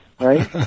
Right